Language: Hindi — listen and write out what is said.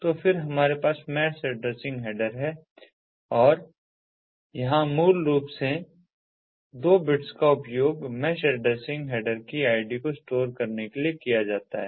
तो फिर हमारे पास मैश एड्रेसिंग हैडर है और यहाँ मूल रूप से पहले दो बिट्स का उपयोग मैश एड्रेसिंग हैडर की ID को स्टोर करने के लिए किया जाता है